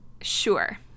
Sure